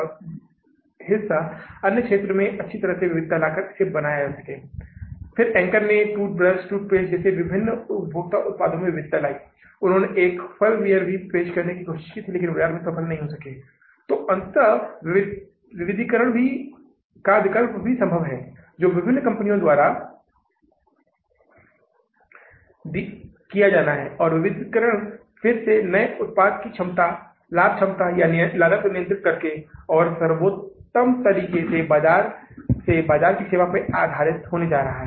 तो वित्तीय बजट के तहत आपको दो विवरण तैयार करने होंगे एक है नकदी बजट जिसे हमने तैयार किया है और दूसरा हिस्सा यह होगा कि जोकि वित्तीय बजट का अंत होगावह बजटीय बैलेंस शीट होगी जो कि तैयार की जाएगी लेकिन पहले हम बजट परिचालन विवरण को तैयार करेंगे बजटीय आय विवरण या बजट लाभ और हानि खाते को तैयार करेंगे और यह परिचालन बजट का अंत होगा